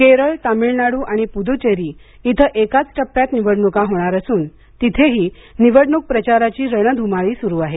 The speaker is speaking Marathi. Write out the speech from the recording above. केरळ तामिळनाडू आणि पुदूचेरी इथं एकाच टप्प्यात निवडणुका होणार असून तिथेही निवडणूक प्रचाराची रणधुमाळी सुरू आहे